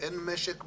אין משק בישראל,